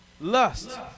Lust